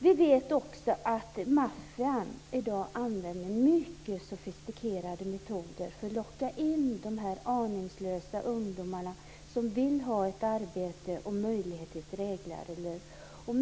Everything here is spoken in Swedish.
Vi vet också att maffian i dag använder mycket sofistikerade metoder för att locka in aningslösa ungdomar som vill ha ett arbete och möjligheter till ett drägligare liv.